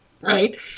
Right